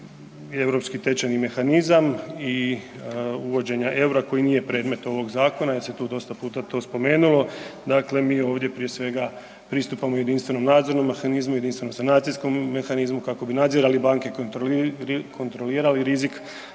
Europski tečajni mehanizam i uvođenja EUR-a koji nije predmet ovog zakona jer se tu dosta puta to spomenulo, dakle mi ovdje prije svega pristupamo jedinstvenom nadzornom mehanizmu, jedinstvenom sanacijskom mehanizmu kako bi nadzirali banke, kontrolirali rizik